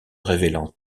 révélant